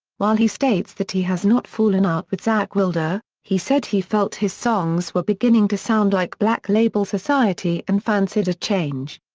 while he states that he has not fallen out with zakk wylde, ah he said he felt his songs were beginning to sound like black label society and fancied a change.